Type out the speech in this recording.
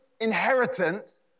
inheritance